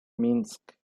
minsk